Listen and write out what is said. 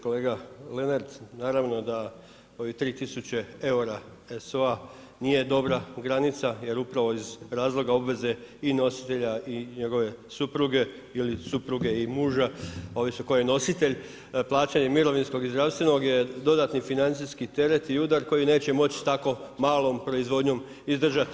Kolega Lenart, naravno da ovih 3000 eura SO-a nije dobra granica jer upravo iz razloga obveze i nositelja i njegove supruge ili supruge i muža, ovisi tko je nositelj plaćanje mirovinskog i zdravstvenog je dodatni financijski teret i udar koji neće moći s tako malom proizvodnjom izdržati.